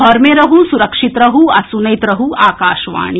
घर मे रहू सुरक्षित रहू आ सुनैत रहू आकाशवाणी